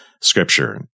scripture